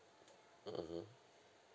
mmhmm